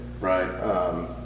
Right